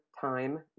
time